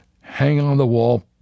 hang-on-the-wall